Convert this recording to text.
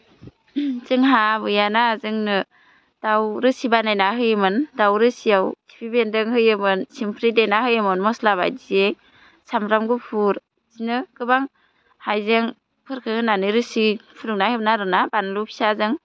जोंहा आबैयाना जोंनो दाव रोसि बानायना होयोमोन दाव रोसियाव खिफि बेन्दों होयोमोन थिमफ्रि देना होयोमोन मस्ला बायदि सामब्राम गुफुर बिदिनो गोबां हाइजेंफोरखो होनानै रोसि फुदुंना होयोमोन आरोना बानलु फिसाजों